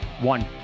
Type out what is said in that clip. One